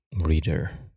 reader